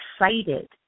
excited